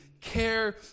care